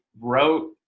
wrote